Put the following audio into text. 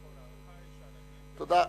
תודה.